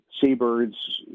seabirds